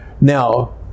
Now